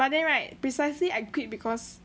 but then right precisely I quit because